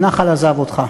הנחל עזב אותך,